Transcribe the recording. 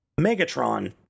megatron